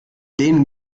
denen